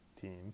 team